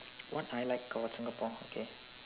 what I like about Singapore okay